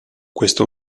questo